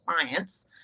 clients